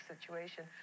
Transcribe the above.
situation